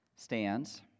Stands